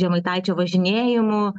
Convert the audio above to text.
žemaitaičio važinėjimu